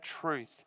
truth